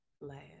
last